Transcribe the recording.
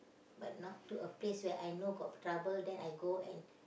but not to a place where I know got trouble then I go and